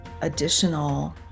additional